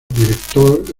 director